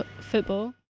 football